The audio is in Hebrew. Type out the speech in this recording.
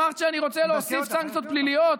אמרת שאני רוצה להוסיף סנקציות פליליות?